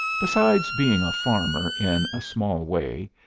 besides being a farmer in a small way,